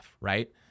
right